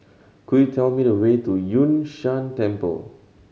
could you tell me the way to Yun Shan Temple